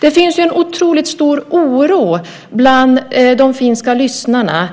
Det finns en stor oro bland de finska lyssnarna.